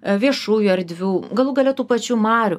viešųjų erdvių galų gale tų pačių marių